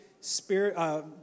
spirit